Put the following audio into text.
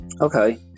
Okay